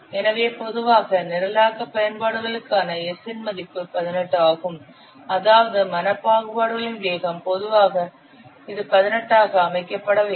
எனவே பொதுவாக நிரலாக்க பயன்பாடுகளுக்கான S இன் மதிப்பு 18 ஆகும் அதாவது மன பாகுபாடுகளின் வேகம் பொதுவாக இது 18 ஆக அமைக்கப்பட வேண்டும்